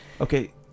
Okay